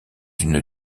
une